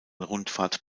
rundfahrt